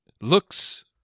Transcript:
looks